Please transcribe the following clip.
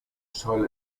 scholl